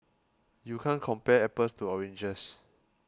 you can't compare apples to oranges